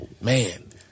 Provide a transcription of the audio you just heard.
man